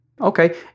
Okay